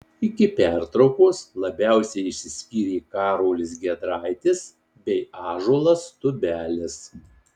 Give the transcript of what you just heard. iki pertraukos labiausiai išsiskyrė karolis giedraitis bei ąžuolas tubelis